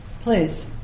please